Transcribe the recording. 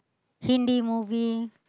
hindi movie